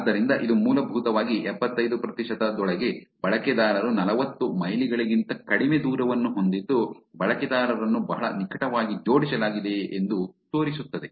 ಆದ್ದರಿಂದ ಇದು ಮೂಲಭೂತವಾಗಿ ಎಪ್ಪತ್ತೈದು ಪ್ರತಿಶತದೊಳಗೆ ಬಳಕೆದಾರರು ನಲವತ್ತು ಮೈಲಿಗಳಿಗಿಂತ ಕಡಿಮೆ ದೂರವನ್ನು ಹೊಂದಿದ್ದು ಬಳಕೆದಾರರನ್ನು ಬಹಳ ನಿಕಟವಾಗಿ ಜೋಡಿಸಲಾಗಿದೆ ಎಂದು ತೋರಿಸುತ್ತದೆ